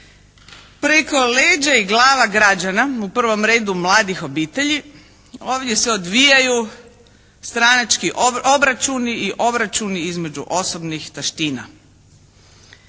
Preko leđa i glava građana, u prvom redu mladih obitelji, ovdje se odvijaju stranački obračuni i obračuni između osobnih taština.